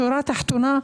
שורה תחתונה,